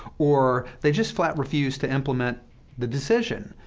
or they just flat refuse to implement the decision.